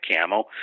camo